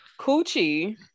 coochie